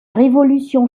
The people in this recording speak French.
révolution